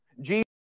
Jesus